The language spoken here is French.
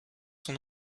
son